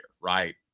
right